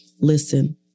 Listen